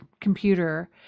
computer